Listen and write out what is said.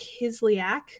Kislyak